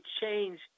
change